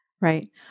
right